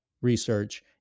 research